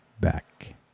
back